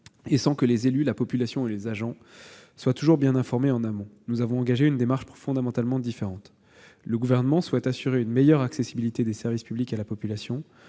et sans que les élus, la population et les agents soient toujours bien informés en amont. Nous avons engagé une démarche fondamentalement différente. Le Gouvernement souhaite en effet assurer une meilleure accessibilité des services publics à la population,